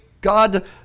God